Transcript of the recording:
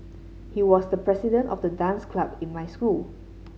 he was the president of the dance club in my school